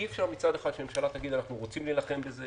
אי אפשר מצד אחד שהממשלה תגיד אנחנו רוצים להילחם בזה,